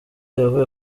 yavuye